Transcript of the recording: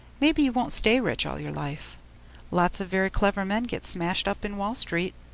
maybe you won't stay rich all your life lots of very clever men get smashed up in wall street.